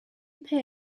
pay